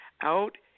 out